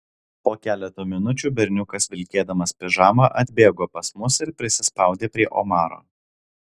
po keleto minučių berniukas vilkėdamas pižamą atbėgo pas mus ir prisispaudė prie omaro